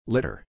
Litter